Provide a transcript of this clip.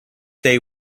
they